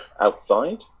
outside